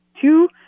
two